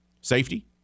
Safety